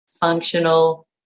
functional